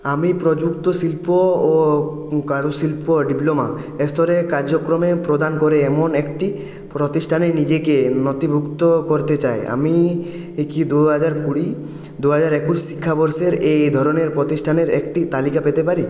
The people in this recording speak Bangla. আমি প্রযুক্ত শিল্প ও কারুশিল্প ডিপ্লোমা স্তরের কার্যক্রম প্রদান করে এমন একটি প্রতিষ্ঠানে নিজেকে নথিভুক্ত করতে চাই আমি কি দুহাজার কুড়ি দুহাজার একুশ শিক্ষাবর্ষে এই ধরনের প্রতিষ্ঠানের একটি তালিকা পেতে পারি